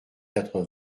quatre